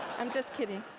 i'm just kidding.